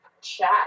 chat